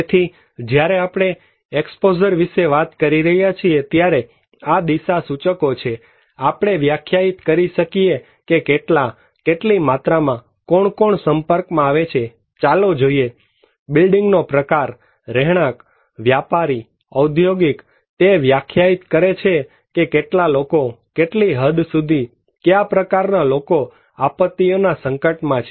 તેથી જ્યારે આપણે એક્સપોઝર વિશે વાત કરી રહ્યા છીએ ત્યારે આ દિશા સૂચકો છે આપણે વ્યાખ્યાયીત કરી શકીયે કે કેટલા કેટલી માત્રામાં કોણ કોણ સંપર્કમાં આવે છે ચાલો જોઈએ બિલ્ડીંગ નો પ્રકાર રહેણાંક વ્યાપારી ઔદ્યોગિક તે વ્યાખ્યાયિત કરે છે કે કેટલા લોકો કેટલી હદ સુધી કયા પ્રકારના લોકો આપત્તિઓના સંકટમાં છે